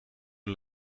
een